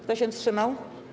Kto się wstrzymał?